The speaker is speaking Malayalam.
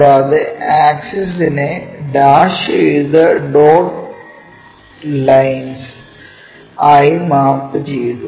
കൂടാതെ ആക്സിസിനെ ഡാഷ് ചെയ്ത ഡോട്ട് ലൈൻസ് ആയിട്ടു മാപ്പ് ചെയ്തു